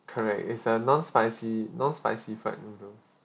correct it's a non spicy non-spicy fried noodle